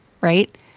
right